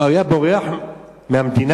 הוא היה בורח מהמדינה?